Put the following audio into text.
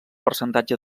percentatge